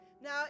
Now